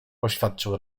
oświadczył